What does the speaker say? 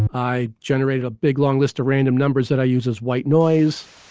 i generated a big long list of random numbers that i used as white noise